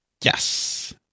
Yes